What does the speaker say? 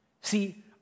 See